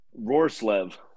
Rorslev